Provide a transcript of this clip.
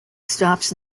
stops